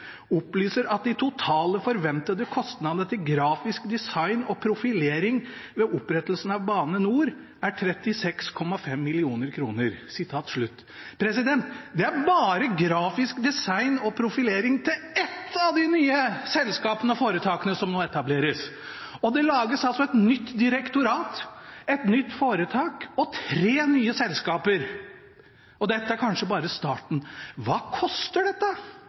opplyser at de totale forventede kostnadene til grafisk design og profilering ved opprettelsen av Bane NOR er 36,5 millioner kroner Og det er bare grafisk design og profilering til ett av de nye selskapene og foretakene som nå etableres! Det lages altså et nytt direktorat, et nytt foretak og tre nye selskaper, og dette er kanskje bare starten. Hva koster dette?